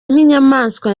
nk’inyamaswa